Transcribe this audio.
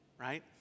right